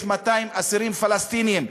יש 200 אסירים פלסטינים.